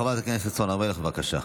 חברת הכנסת לימור סון הר מלך, בבקשה.